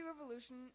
revolution